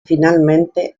finalmente